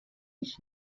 ich